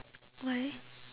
why